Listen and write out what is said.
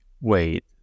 Wait